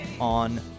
on